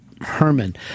Herman